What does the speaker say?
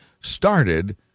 started